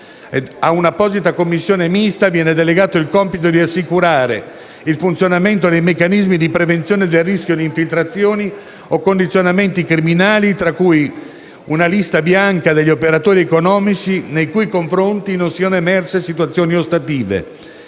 Ad un'apposita commissione mista viene delegato il compito di assicurare il funzionamento dei meccanismi di prevenzione del rischio di infiltrazioni o condizionamenti criminali, tra cui una «Lista bianca» degli operatori economici nei cui confronti non siano emerse situazione ostative.